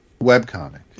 webcomic